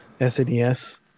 SNES